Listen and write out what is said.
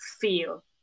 feel